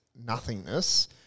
nothingness